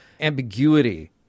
ambiguity